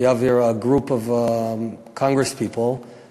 We have here a group of Congress people who